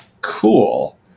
cool